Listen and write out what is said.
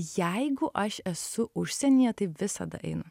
jeigu aš esu užsienyje tai visada einu